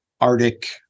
Arctic